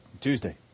Tuesday